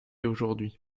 aujourd’hui